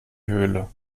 höhle